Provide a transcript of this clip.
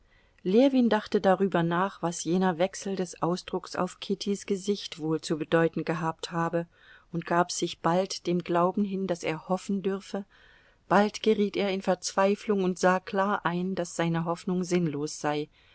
ljewin dachte darüber nach was jener wechsel des ausdrucks auf kittys gesicht wohl zu bedeuten gehabt habe und gab sich bald dem glauben hin daß er hoffen dürfe bald geriet er in verzweiflung und sah klar ein daß seine hoffnung sinnlos sei